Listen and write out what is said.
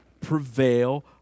prevail